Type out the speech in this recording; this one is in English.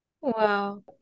Wow